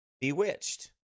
bewitched